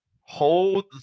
hold